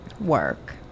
work